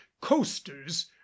coasters